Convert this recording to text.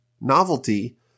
novelty